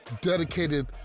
dedicated